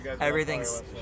everything's